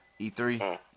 e3